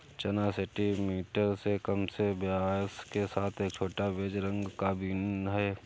चना सेंटीमीटर से कम के व्यास के साथ एक छोटा, बेज रंग का बीन है